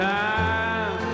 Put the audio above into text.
time